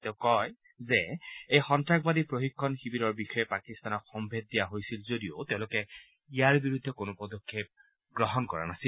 তেওঁ কয় যে এই সন্তাসবাদী প্ৰশিক্ষণ শিবিৰৰ বিষয়ে পাকিস্তানক সম্ভেদ দিয়া হৈছিল যদিও তেওঁলোকে ইয়াৰ বিৰুদ্ধে কোনো পদক্ষেপ গ্ৰহণ কৰা নাছিল